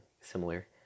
similar